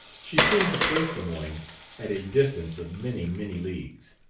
she seemed to place lemoyne at a distance of many, many leagues.